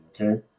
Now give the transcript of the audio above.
Okay